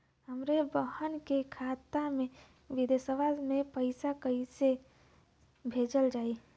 हमरे बहन के खाता मे विदेशवा मे पैसा कई से भेजल जाई?